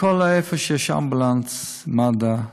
בכל מקום שיש אמבולנס, מד"א,